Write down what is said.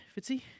Fitzy